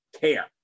care